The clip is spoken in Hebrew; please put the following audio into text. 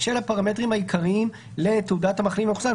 של הפרמטרים העיקריים לתעודת המחלים או מחוסן,